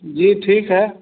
जी ठीक है